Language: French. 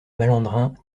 malandrins